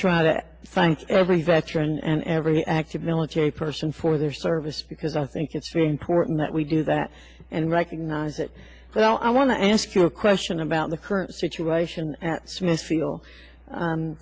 try to thank every veteran and every active military person for their service because i think it's very important that we do that and recognize that well i want to ask you a question about the current situation at